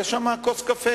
יש שם כוס קפה,